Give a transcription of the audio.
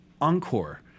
Encore